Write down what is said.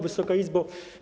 Wysoka Izbo!